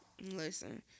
Listen